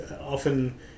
often